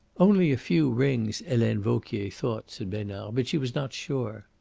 only a few rings, helene vauquier thought, said besnard. but she was not sure.